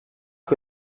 que